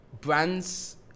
brands